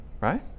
right